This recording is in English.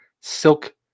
Silk